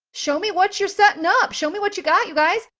show me what's you're setting up, show me what you got you guys!